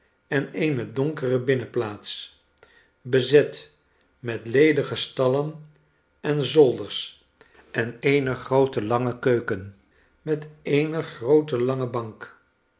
en eene donkere binnenplaats bezet met ledige stallen en zolders en eene groote lange keuken met eene groote langebank